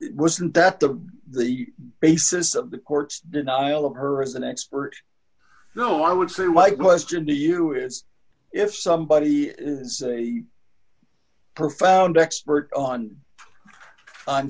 wasn't that the the basis of the court's denial of her as an expert though i would say my question to you is if somebody has a profound expert on